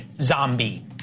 zombie